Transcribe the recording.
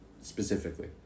specifically